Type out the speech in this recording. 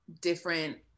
different